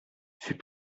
fut